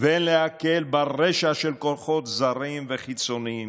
ואין להקל ברשע של כוחות זרים וחיצוניים,